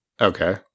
okay